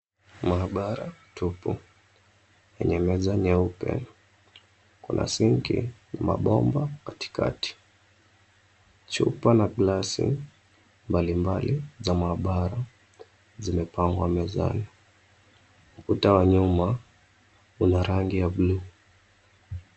Maabara tupu, yenye meza nyeupe. Kuna sinki na mabomba katikati. Chupa na glasi mbalimbali za maabara zimepangwa mezani. Ukuta wa nyuma una rangi ya buluu.